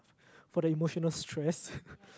for the emotional stress